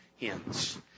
hence